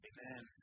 Amen